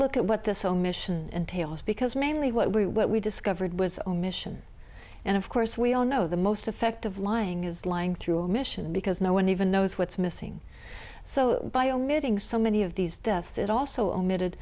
look at what this omission and tails because mainly what we what we discovered was omission and of course we all know the most effective lying is lying through omission because no one even knows what's missing so by omitting so many of these deaths it also omitted